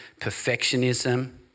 perfectionism